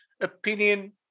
opinion